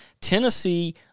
Tennessee